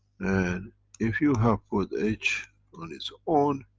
and if you have put h on it's own